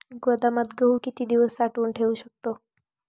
गोदामात गहू किती दिवस साठवून ठेवू शकतो?